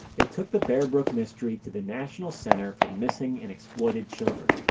they took the bear brook mystery to the national center for missing and exploited children,